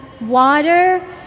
water